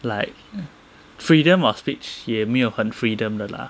like freedom of speech 也没有很 freedom 的 lah